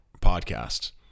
podcasts